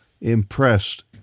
impressed